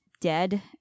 dead